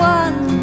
one